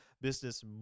business